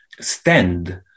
stand